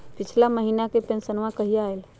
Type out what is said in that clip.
पिछला महीना के पेंसनमा कहिया आइले?